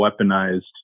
weaponized